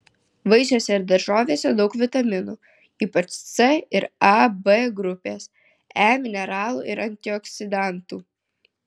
vaisiuose ir daržovėse daug vitaminų ypač c ir a b grupės e mineralų ir antioksidantų